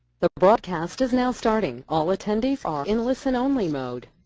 the broadcast is now starting. all attendees are in listen-only mode.